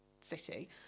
city